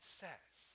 says